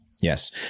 Yes